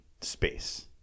space